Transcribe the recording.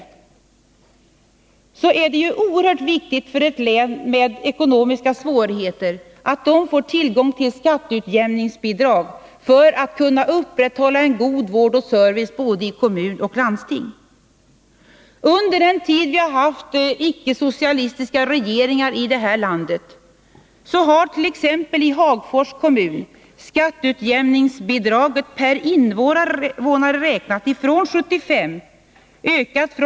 Det är ju oerhört viktigt för ett län med ekonomiska svårigheter att få tillgång till skatteutjämningsbidrag för att kunna upprätthålla en god vård och service både i kommuner och landsting. Under den tid vi har haft icke-socialistiska regeringar här i landet har t.ex. i Hagfors kommun skatteutjämningsbidraget per invånare ökat från 404 kr. år 1975 till 803 kr.